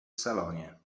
salonie